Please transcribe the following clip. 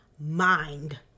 Mind